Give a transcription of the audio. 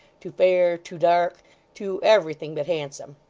too fair, too dark too everything but handsome!